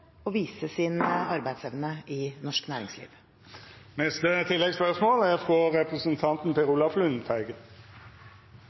og vise sin arbeidsevne i norsk næringsliv. Per Olaf Lundteigen – til oppfølgingsspørsmål. Senterpartiet mener at det er